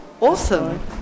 Awesome